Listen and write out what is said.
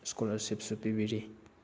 ꯁ꯭ꯀꯣꯂꯔꯁꯤꯞꯁꯨ ꯄꯤꯕꯤꯔꯤ